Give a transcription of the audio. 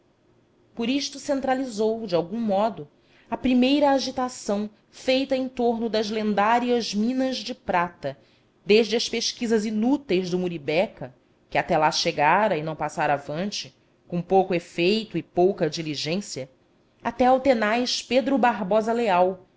por isto centralizou de algum modo a primeira agitação feita em torno das lendárias minas de prata desde as pesquisas inúteis do muribeca que até lá chegara e não passara avante com pouco efeito e pouca diligência até ao tenaz pedro barbosa leal